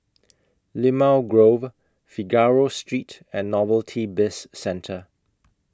Limau Grove Figaro Street and Novelty Bizcentre